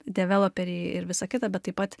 developeriai ir visa kita bet taip pat